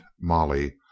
Molly